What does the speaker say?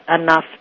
enough